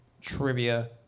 trivia